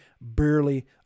barely-